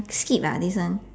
skip lah this one